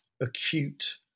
acute